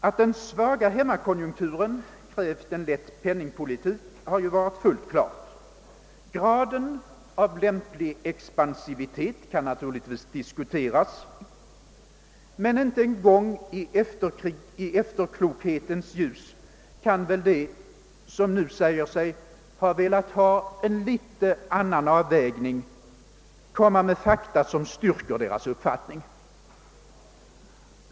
Att den svaga hemmakonjunkturen krävde en lätt penningpolitik har ju varit fullt klart. Graden av lämplig expansivitet kan naturligtvis diskuteras, men inte en gång i efterklokhetens ljus kan väl de som nu säger sig velat ha en något annan avvägning komma med fakta, som styrker deras uppfattning.